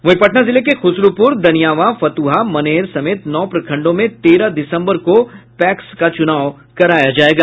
वहीं पटना जिले के खुसरूपुर दनियावां फतुहा मनेर समेत नौ प्रखंडों में तेरह दिसम्बर को पैक्स का चुनाव कराया जायेगा